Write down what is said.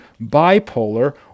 bipolar